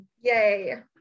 Yay